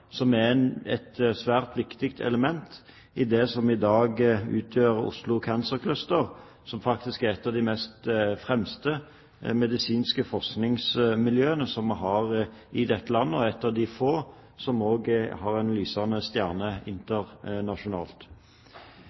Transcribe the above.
som er et svært viktig element i det som i dag utgjør Oslo Cancer Cluster, som faktisk er et av de fremste medisinske forskningsmiljøene vi har i dette landet, og et av de få som også har en lysende stjerne internasjonalt.